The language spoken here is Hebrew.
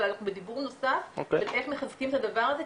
אבל אנחנו בדיבור נוסף על איך מחזקים את הדבר הזה.